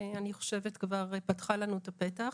אני חושבת שהיא כבר פתחה לנו את הפתח.